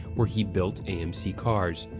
where he built amc cars.